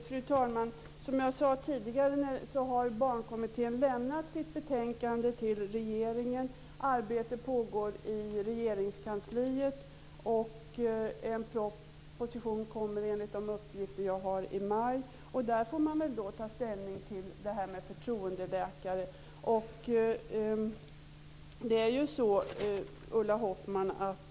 Fru talman! Som jag tidigare sade har Barnkommittén lämnat sitt betänkande till regeringen. Arbete pågår i Regeringskansliet, och en proposition kommer, enligt de uppgifter jag har, i maj. Där får man ta ställning till det här med förtroendeläkare.